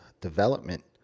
development